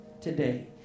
today